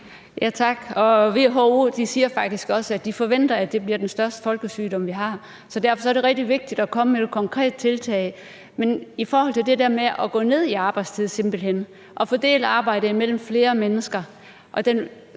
Tak. WHO siger faktisk også, at de forventer, at det bliver den største folkesygdom, vi kommer til at have. Så derfor er det rigtig vigtigt at komme med nogle konkrete tiltag. Men hvad mener ordføreren konkret om det der med simpelt hen at gå ned i arbejdstid og fordele arbejdet mellem flere mennesker